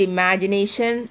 Imagination